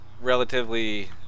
relatively